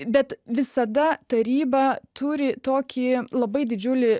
bet visada taryba turi tokį labai didžiulį